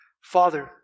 Father